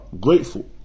grateful